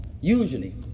Usually